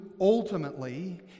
ultimately